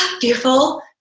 beautiful